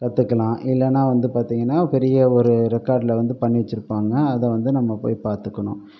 கற்றுக்கலாம் இல்லைனா வந்து பார்த்தீங்கன்னா பெரிய ஒரு ரெக்கார்டில் வந்து பண்ணி வைச்சிருப்பாங்க அதை வந்து நம்ம போய் பார்த்துக்கணும்